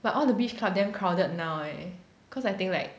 but all the beach club damn crowded now leh cause I think like